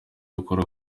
abikora